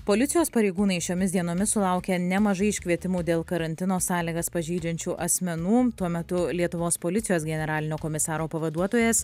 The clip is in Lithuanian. policijos pareigūnai šiomis dienomis sulaukė nemažai iškvietimų dėl karantino sąlygas pažeidžiančių asmenų tuo metu lietuvos policijos generalinio komisaro pavaduotojas